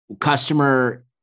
customer